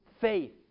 faith